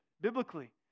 biblically